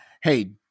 hey